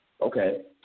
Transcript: Okay